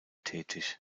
tätig